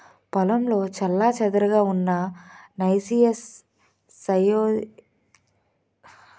పొలంలో చెల్లాచెదురుగా ఉన్న నైసియస్ సైమోయిడ్స్ హెమిప్టెరా లైగేయిడే తెగులు నియంత్రణకు బెస్ట్ మార్గాలు ఏమిటి?